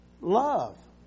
Love